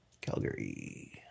Calgary